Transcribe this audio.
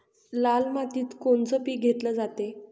लाल मातीत कोनचं पीक घेतलं जाते?